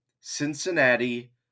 Cincinnati